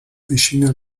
vicino